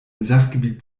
sachgebiet